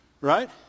Right